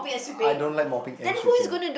I don't like mopping and sweeping